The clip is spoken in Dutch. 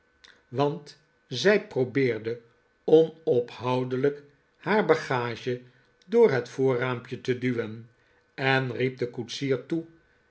want zij probeerde onophoudelijk haar bagage door het voorraampje te duwen en riep den koetsier toe